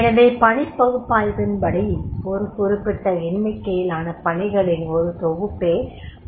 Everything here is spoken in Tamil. எனவே பணிப் பகுப்பாய்வின்படி ஒரு குறிப்பிட்ட எண்ணிக்கையிலான பணிகளின் ஒரு தொகுப்பே ஒரு வேலையாக மாற்றப்படுகிறது